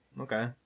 okay